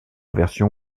version